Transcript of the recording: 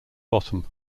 bottom